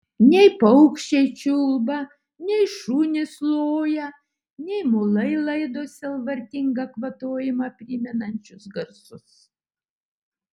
nei paukščiai čiulba nei šunys loja nei mulai laido sielvartingą kvatojimą primenančius garsus